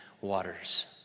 waters